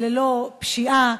ללא פשיעה,